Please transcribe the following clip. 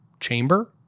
chamber